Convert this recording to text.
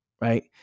right